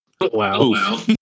wow